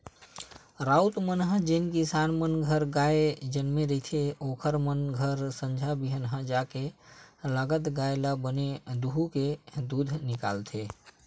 राउत मन ह जेन किसान मन घर गाय जनमे रहिथे ओखर मन घर संझा बिहनियां जाके लगत गाय ल बने दूहूँके दूद निकालथे